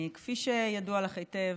כפי שידוע לך היטב,